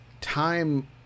time